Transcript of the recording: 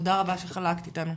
תודה שחלקת איתנו.